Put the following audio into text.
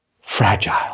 Fragile